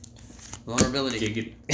Vulnerability